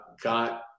got